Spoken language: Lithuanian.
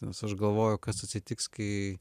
nes aš galvoju kas atsitiks kai